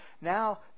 now